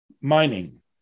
mining